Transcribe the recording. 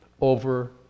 over